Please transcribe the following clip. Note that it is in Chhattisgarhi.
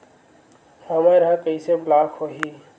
हमर ह कइसे ब्लॉक होही?